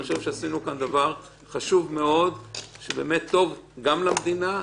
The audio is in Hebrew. אני חושב שעשינו כאן דבר חשוב מאוד שהוא טוב גם למדינה,